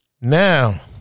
Now